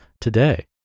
today